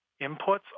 inputs